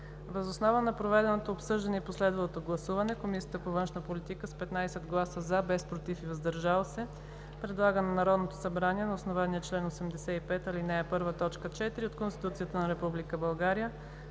Въз основа на проведеното обсъждане и последвалото гласуване, Комисията по външна политика с 15 гласа „за“, без „против“ и „въздържали се“, предлага на Народното събрание, на основание чл. 85, ал. 1, т. 4 от Конституцията на Република България